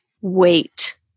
wait